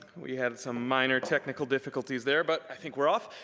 we had some minor technical difficulties there, but i think we're off.